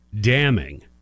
damning